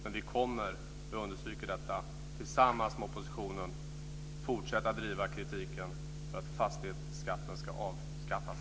Men vi kommer, jag understryker detta, tillsammans med den övriga oppositionen att fortsätta driva kritiken för att fastighetsskatten ska avskaffas.